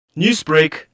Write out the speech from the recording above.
Newsbreak